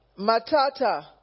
Matata